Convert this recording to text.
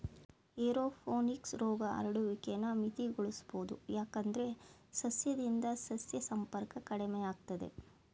aeroponics ರೋಗ ಹರಡುವಿಕೆನ ಮಿತಿಗೊಳಿಸ್ಬೋದು ಯಾಕಂದ್ರೆ ಸಸ್ಯದಿಂದ ಸಸ್ಯ ಸಂಪರ್ಕ ಕಡಿಮೆಯಾಗ್ತದೆ